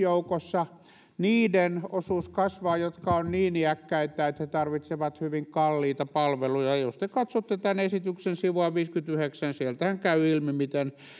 joukossa kasvaa niiden osuus jotka ovat niin iäkkäitä että he tarvitsevat hyvin kalliita palveluja jos te katsotte tämän esityksen sivua viisikymmentäyhdeksän sieltähän käy ilmi miten